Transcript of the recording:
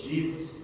Jesus